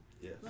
Yes